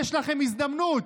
יש לכם הזדמנות,